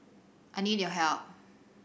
I need your help